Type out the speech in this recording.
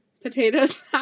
Potatoes